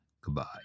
goodbye